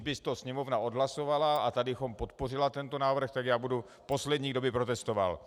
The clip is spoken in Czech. Kdyby to Sněmovna odhlasovala a tady podpořila tento návrh, tak já budu poslední, kdo by protestoval.